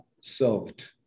served